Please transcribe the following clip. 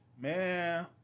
Man